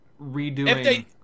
redoing